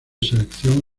selección